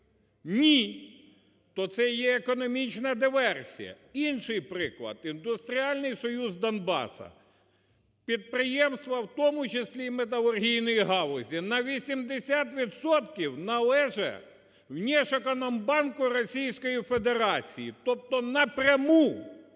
Ні, то це є економічна диверсія. Інший приклад, "Індустріальний союз Донбасу" підприємство, в тому числі металургійної галузі, на 80 відсотків належить Внешэкономбанку Російської Федерації, тобто напряму...